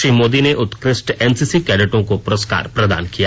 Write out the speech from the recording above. श्री मोदी ने उत्कृष्ट एनसीसी कैडेटों को पुरस्कार प्रदान किए